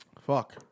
Fuck